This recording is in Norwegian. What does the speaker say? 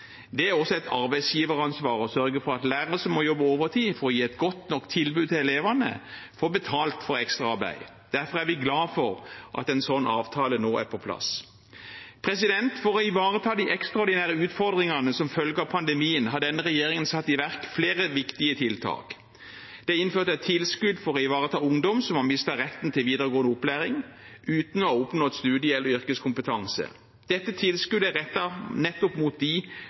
Det er også et arbeidsgiveransvar å sørge for at lærere som må jobbe overtid for å gi et godt nok tilbud til elevene, får betalt for ekstraarbeid. Derfor er vi glad for at en sånn avtale nå er på plass. For å ivareta de ekstraordinære utfordringene som følge av pandemien har denne regjeringen satt i verk flere viktige tiltak. Det er innført et tilskudd for å ivareta ungdom som har mistet retten til videregående opplæring uten å ha oppnådd studie- eller yrkeskompetanse. Dette tilskuddet er rettet mot de